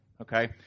Okay